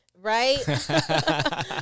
Right